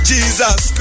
Jesus